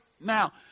now